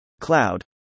Cloud